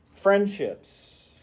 friendships